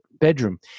bedroom